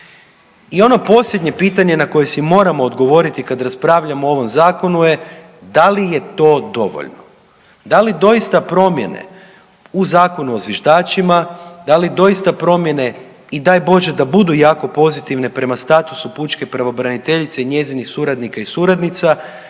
I ono posljednje pitanje na koje si moramo odgovoriti kad raspravljamo o ovom zakonu je da li je to dovoljno, da li doista promjene u Zakonu o zviždačima, da li doista promjene i daj Bože da budu jako pozitivne prema statusu pučke pravobraniteljice i njezinih suradnika i suradnica